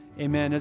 amen